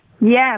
Yes